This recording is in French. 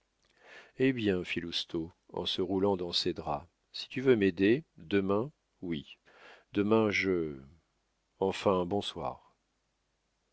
eh bien fit lousteau en se roulant dans ses draps si tu veux m'aider demain oui demain je enfin bonsoir